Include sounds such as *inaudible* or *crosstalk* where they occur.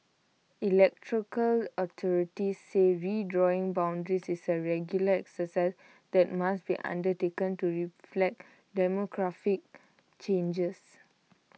*unintelligible* authorities say redrawing boundaries is A regular exercise that must be undertaken to reflect demographic changes